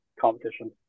competition